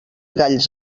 galls